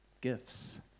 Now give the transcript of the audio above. Gifts